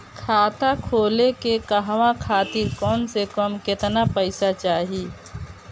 खाता खोले के कहवा खातिर कम से कम केतना पइसा चाहीं?